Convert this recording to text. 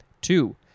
two